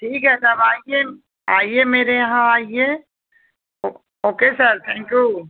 ठीक है तब आइए आइए मेरे यहाँ आइए ओ ओके सर थैंक यू